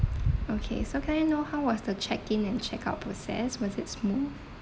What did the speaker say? okay so can I know how was the check in and check out process was it smooth